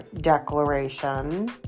Declaration